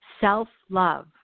Self-love